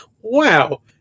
wow